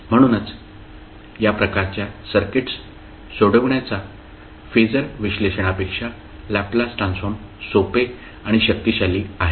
म्हणूनच या प्रकारच्या सर्किट्स सोडविण्याच्या फेजर विश्लेषणापेक्षा लॅपलास ट्रान्सफॉर्म सोपे आणि शक्तिशाली आहे